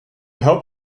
hope